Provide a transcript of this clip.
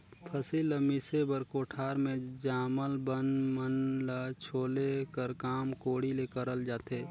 फसिल ल मिसे बर कोठार मे जामल बन मन ल छोले कर काम कोड़ी ले करल जाथे